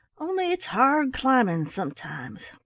only it's hard climbing sometimes.